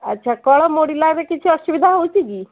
ଆଚ୍ଛା କଳ ମୋଡ଼ିଲା କିଛି ଅସୁବିଧା ହେଉଛି କି